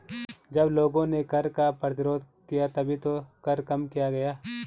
जब लोगों ने कर का प्रतिरोध किया तभी तो कर कम किया गया